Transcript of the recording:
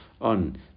on